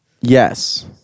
Yes